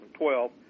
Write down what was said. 2012